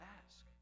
ask